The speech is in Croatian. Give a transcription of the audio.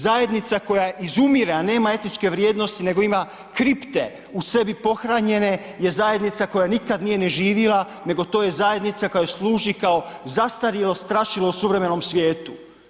Zajednica koja izumire, a nema etičke vrijednosti nego ima kripte u sebi pohranjene je zajednica koja nikad nije ni živjela, nego to je zajednica koja služi kao zastarjelo strašilo u suvremenom svijetu.